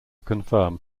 confirm